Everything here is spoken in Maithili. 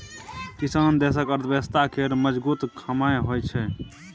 किसान देशक अर्थव्यवस्था केर मजगुत खाम्ह होइ छै